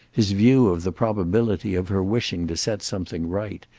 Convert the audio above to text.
his view of the probability of her wishing to set something right,